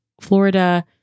Florida